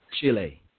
Chile